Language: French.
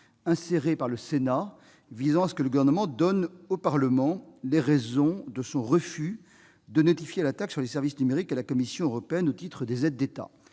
inséré par le Sénat, visant à ce que le Gouvernement donne au Parlement les raisons de son refus de notifier la taxe sur les services numériques à la Commission européenne au titre des aides d'État.